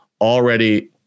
already